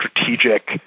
strategic